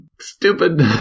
stupid